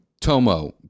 Tomo